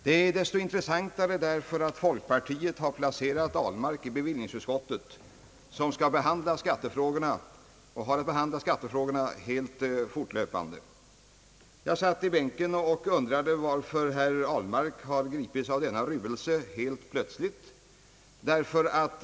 Det är så mycket mera intressant som folkpartiet har placerat herr Ahlmark i bevillningsutskottet som skall behandla skattefrågorna. Jag satt i bänken och undrade varför herr Ahlmark helt plötsligt har gripits av denna ruelse.